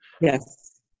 Yes